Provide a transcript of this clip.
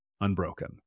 unbroken